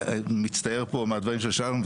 מצטייר פה מהדברים של שום,